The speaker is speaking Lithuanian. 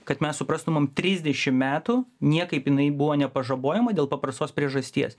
kad mes suprastumėm trisdešim metų niekaip jinai buvo nepažabojama dėl paprastos priežasties